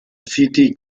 city